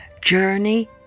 Journey